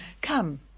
Come